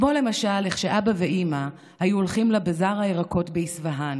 כמו למשל איך שאבא ואימא היו הולכים לבזאר הירקות באספהאן